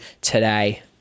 today